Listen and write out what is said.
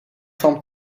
van